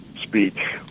speech